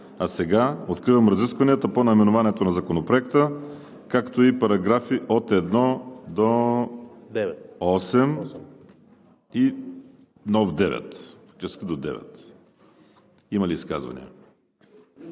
Сега откривам разискванията по наименованието на Законопроекта, както и по параграфи от 1 до 8 и нов § 9. Има ли изказвания?